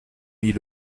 mis